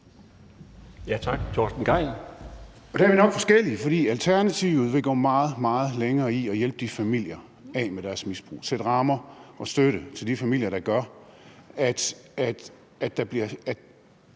Kl. 12:48 Torsten Gejl (ALT): Der er vi nok forskellige, for Alternativet vil gå meget, meget længere i forhold til at hjælpe de familier af med deres misbrug ved at sætte rammer og give støtte til de familier, det drejer sig om.